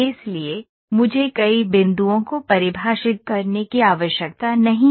इसलिए मुझे कई बिंदुओं को परिभाषित करने की आवश्यकता नहीं है